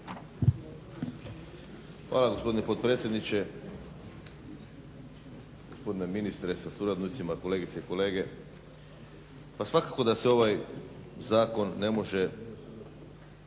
Hvala gospodine potpredsjedniče, gospodine ministre sa suradnicima, kolegice i kolege. Pa svakako da se ovaj zakon ne može